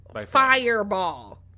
Fireball